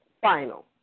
final